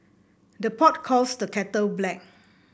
the pot calls the kettle black